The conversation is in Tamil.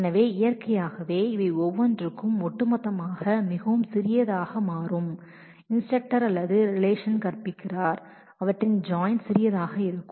எனவே இயற்கையாகவே இவை ஒவ்வொன்றும் ஒட்டுமொத்தமாக மிகவும் சிறியதாக மாறும் இன்ஸ்டரக்டர்ஸ் அல்லது கற்பிக்கும் ரிலேஷன் அவற்றின் ஜாயின் சிறியதாக இருக்கும்